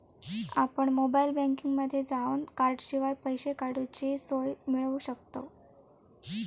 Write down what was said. आपण मोबाईल बँकिंगमध्ये जावन कॉर्डशिवाय पैसे काडूची सोय मिळवू शकतव